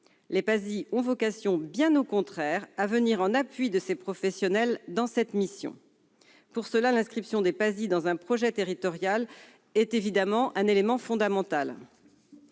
les PASI ont vocation à venir en appui de ces professionnels dans leur mission. Pour cela, l'inscription des PASI dans un projet territorial est évidemment un élément fondamental.